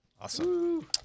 Awesome